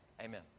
Amen